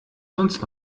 sonst